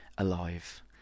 alive